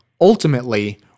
Ultimately